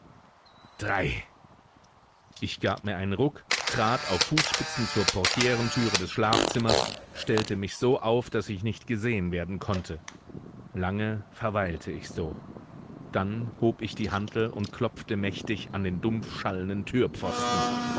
drei ich gab mir einen ruck trat auf fußspitzen zur portirentüre des schlafzimmers stellte mich so auf daß ich nicht gesehen werden konnte lange verweilte ich so dann hob ich die hantel und klopfte mächtig an den